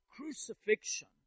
Crucifixion